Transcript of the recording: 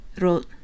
wrote